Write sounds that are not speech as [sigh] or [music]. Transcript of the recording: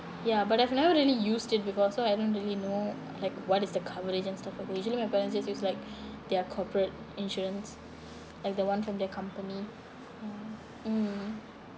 ya but I've never really used it before so I don't really know like what is the coverage and stuff like usually my parents just use like [breath] their corporate insurance like the one from their company ya mm